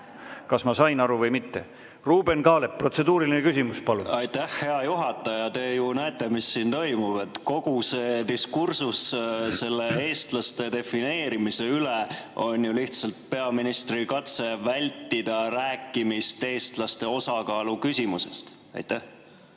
kas ma sain aru või mitte. Ruuben Kaalep, protseduuriline küsimus. Aitäh, hea juhataja! Te ju näete, mis siin toimub. Kogu see diskursus eestlase defineerimise üle on ju lihtsalt peaministri katse vältida rääkimist eestlaste osakaalu küsimusest. Aitäh,